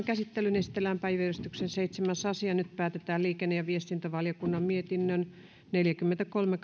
käsittelyyn esitellään päiväjärjestyksen seitsemäs asia nyt päätetään liikenne ja viestintävaliokunnan mietinnön neljäkymmentäkolme